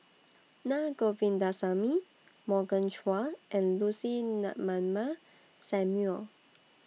Naa Govindasamy Morgan Chua and Lucy Ratnammah Samuel